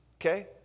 Okay